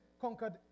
conquered